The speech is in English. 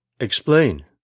Explain